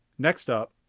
next up,